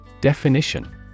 Definition